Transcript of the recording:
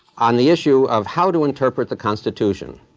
um the issue of how to interpret the constitution,